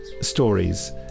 stories